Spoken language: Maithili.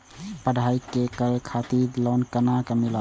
पढ़ाई करे खातिर लोन केना मिलत?